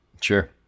Sure